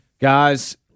guys